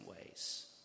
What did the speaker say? ways